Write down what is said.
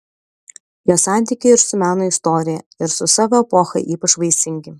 jo santykiai ir su meno istorija ir su savo epocha ypač vaisingi